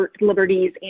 liberties